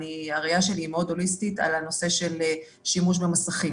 והראייה שלי מאוד הוליסטית על הנושאים של שימוש במסכים,